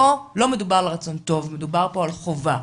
פה לא מדובר על רצון טוב, מדובר פה על חובה.